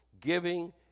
Giving